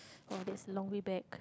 !wow! that's a long way back